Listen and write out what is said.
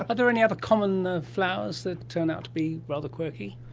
ah there any other common flowers that turn out to be rather quirky?